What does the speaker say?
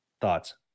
thoughts